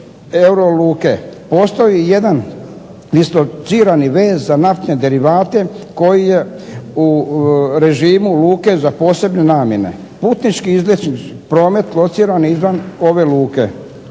euroluke. Postoji jedan dislocirani vez za naftne derivate koji je u režimu luke za posebne namjene. Putnički i izletnički promet lociran je izvan ove luke